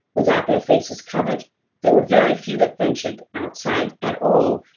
without their faces covered there were very few that ventured outside at all,